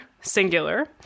singular